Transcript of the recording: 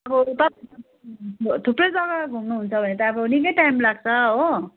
अब थुप्रै जग्गा घुम्नुहुन्छ भने त अब निकै टाइम लाग्छ हो